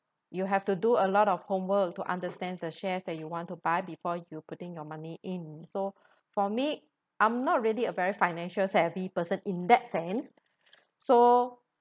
you have to do a lot of homework to understand the shares that you want to buy before you putting your money in so for me I'm not really a very financial savvy person in that sense so